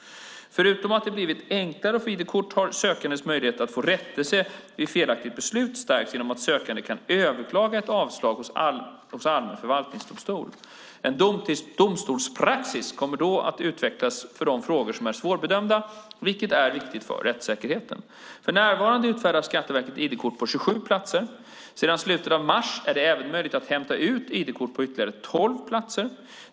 Förutom att det har blivit enklare att få ID-kort har sökandens möjlighet att få rättelse vid felaktiga beslut stärkts genom att sökanden kan överklaga ett avslag hos allmän förvaltningsdomstol. En domstolspraxis kommer då att utvecklas för de frågor som är svårbedömda, vilket är viktigt för rättssäkerheten. För närvarande utfärdar Skatteverket ID-kort på 27 platser. Sedan slutet av mars är det även möjligt att hämta ut ID-kort på ytterligare tolv platser.